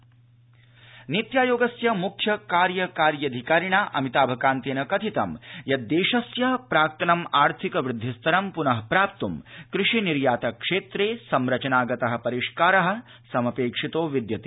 नीत्यायोग प्रमुख नीत्यायोगस्य मुख्य कार्यकार्यधिकारिणा अमिताभ कान्तेन कथितं यद् देशस्य प्राक्तनम् आर्थिक वृद्धि स्तरं पुन प्राप्तुं कृषि निर्यात क्षेत्रे संरचना गत परिष्कार समपेक्षितो विद्यते